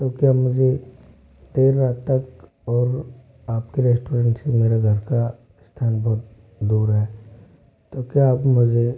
तो क्या मुझे देर रात तक और आप के रेस्टोरेंट से मेरे घर का स्थान बहुत दूर है तो क्या आप मुझे